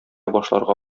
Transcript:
башларга